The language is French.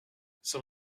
sans